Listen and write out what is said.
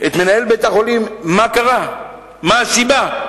את מנהל בית-החולים מה קרה, מה הסיבה.